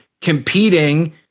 competing